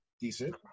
Decent